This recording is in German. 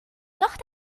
noch